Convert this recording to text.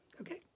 Okay